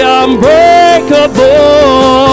unbreakable